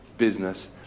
business